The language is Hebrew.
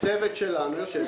הצוות שלנו ישב עם העובדים.